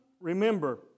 remember